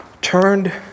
turned